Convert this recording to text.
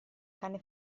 cane